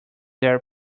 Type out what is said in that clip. their